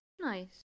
Nice